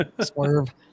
swerve